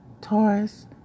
Taurus